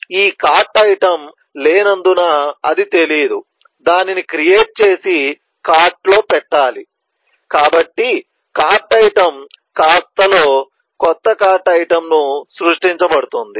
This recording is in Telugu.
ఈ కార్ట్ ఐటెమ్ లేనందున అది తెలియదు దానిని క్రియేట్ చేసి కార్ట్ లో పెట్టాలి కాబట్టి కార్ట్ ఐటమ్ క్లాస్ లో కొత్త కార్ట్ ఐటమ్ సృష్టించబడుతుంది